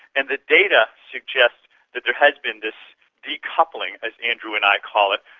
and the data suggests that there has been this decoupling, as andrew and i call it.